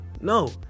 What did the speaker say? no